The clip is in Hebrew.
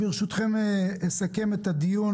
ברשותכם אני אסכם את הדיון.